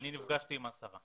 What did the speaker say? אני נפגשתי עם השרה.